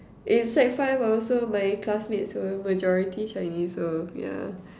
in sec five I also my classmates were majority Chinese so yeah